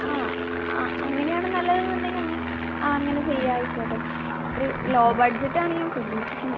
ആ ആ അങ്ങനെയാണ് നല്ലതുന്നുണ്ടെങ്കിൽ അങ്ങനെ ആ അങ്ങനെ ചെയ്യാം ആയിക്കോട്ടെ ഒരു ലോ ബഡ്ജറ്റാണ് ഞാൻ പ്രതീഷിക്കുന്നത്